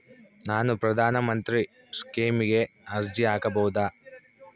ನಾನು ಪ್ರಧಾನ ಮಂತ್ರಿ ಸ್ಕೇಮಿಗೆ ಅರ್ಜಿ ಹಾಕಬಹುದಾ?